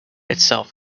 itself